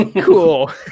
Cool